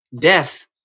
Death